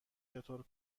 چطور